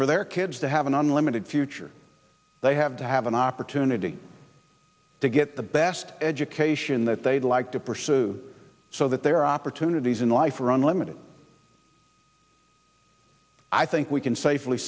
for their kids to have an unlimited future they have to have an opportunity to get the best education that they'd like to pursue so that their opportunities in life are unlimited i think we can safely